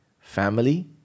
family